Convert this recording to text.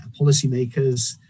policymakers